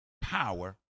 power